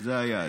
זה היעד,